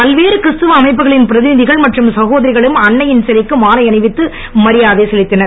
பல்வேறு கிறிஸ்துவ அமைப்புகளின் பிரதிநிகள் மற்றும் சகோதரிகளும் அன்னையின் சிலைக்கு மாலை அணிவித்து மரியாதை செலுத்தினர்